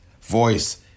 voice